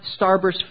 starburst